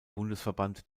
bundesverband